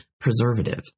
preservative